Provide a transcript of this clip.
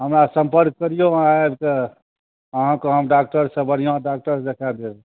हमरासँ सम्पर्क करियौ अहाँ आबि कऽ अहाँ कऽ हम डाक्टरसँ बढ़िआँ डाक्टरसँ देखाए देब